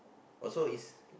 or so is